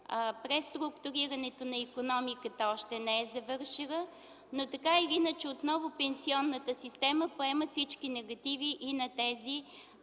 преструктурирането на икономиката още не е завършило, но така или иначе отново пенсионната система поема всички негативи на тези